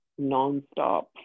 nonstop